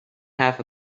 half